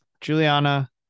Juliana